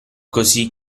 così